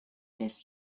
lès